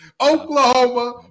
Oklahoma